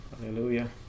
Hallelujah